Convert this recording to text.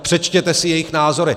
Přečtěte si jejich názory.